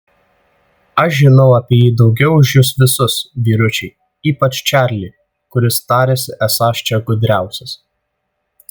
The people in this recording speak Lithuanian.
aš žinau apie jį daugiau už jus visus vyručiai ypač čarlį kuris tariasi esąs čia gudriausias